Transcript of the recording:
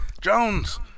Jones